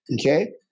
okay